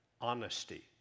honesty